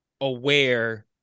aware